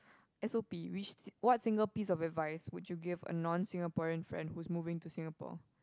S_O_P which what Singapore piece of advice would you give a non Singaporean friend whose moving to Singapore